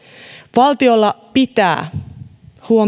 valtiolla pitää huom